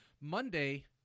Monday